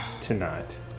tonight